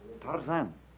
Tarzan